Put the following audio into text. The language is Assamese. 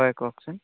হয় কওকচোন